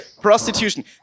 prostitution